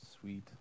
Sweet